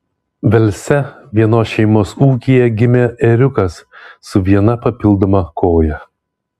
velse vienos šeimos ūkyje gimė ėriukas su viena papildoma koja